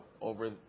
over